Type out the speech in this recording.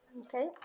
Okay